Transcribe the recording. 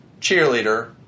Cheerleader